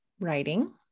writing